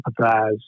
empathize